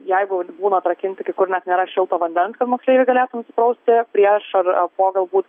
jeigu būna atrakinti kai kur net nėra šilto vandens kad moksleiviai galėtų nusiprausti prieš ar ar po galbūt